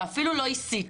ואפילו לא הסית.